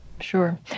Sure